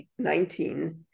2019